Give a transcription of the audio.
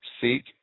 Seek